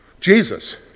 Jesus